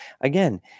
again